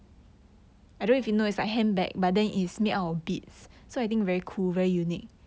!wow!